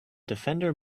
defender